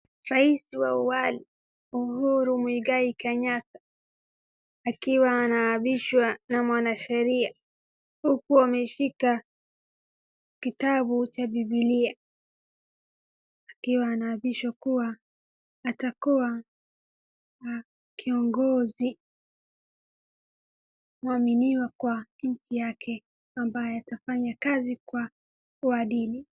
Rais wa awali Uhuru Muigai Kenyatta akiwa anavishwa na mwanasheria, huku ameshika kitabu cha Bibilia akiwa navishwa kuwa atakuwa kiongozi mwaminiwa kwa nchi yake ambaye atafanya kazi yake kwa uaadili.